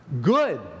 good